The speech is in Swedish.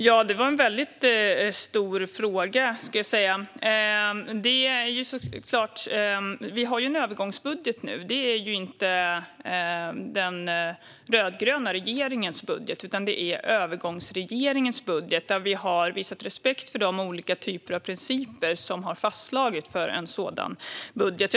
Herr talman! Det var en stor fråga. Vi har en övergångsbudget nu. Det är inte den rödgröna regeringens budget utan övergångsregeringens budget. Vi har visat respekt för de olika typer av principer som har fastslagits för en sådan budget.